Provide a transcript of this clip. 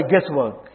guesswork